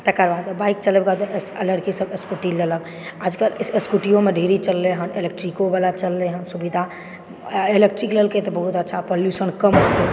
तकर बाद बाइक चलेलक लड़कीसभ स्कूटी लेलक आजकल इस् स्कुटियोमे ढेरिक चललै हन एलेक्ट्रिकोवला चललै हन सुविधा आ इलेक्ट्रिक लेलकै तऽ बहुत अच्छा पॉल्युशन कम रहैत छै